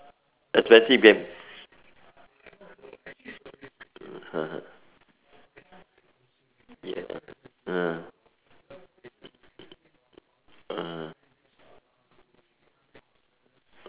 expensive game (uh huh) ya mm (uh huh)